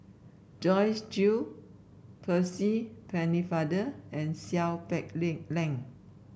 Joyce Jue Percy Pennefather and Seow Peck Leng Leng